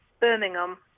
Birmingham